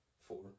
Four